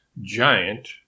giant